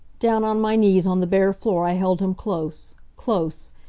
down on my knees on the bare floor i held him close close!